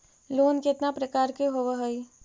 Loan केतना प्रकार के होव हइ?